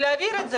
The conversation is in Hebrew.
להעביר את זה,